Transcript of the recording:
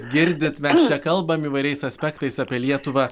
girdit mes čia kalbam įvairiais aspektais apie lietuvą